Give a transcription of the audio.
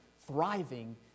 thriving